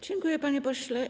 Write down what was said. Dziękuję, panie pośle.